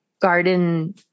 garden